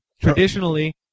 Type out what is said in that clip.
traditionally